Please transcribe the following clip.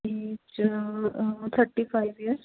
age thirty five years